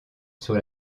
sur